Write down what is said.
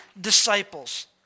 disciples